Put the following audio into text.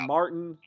Martin